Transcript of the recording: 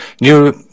new